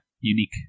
unique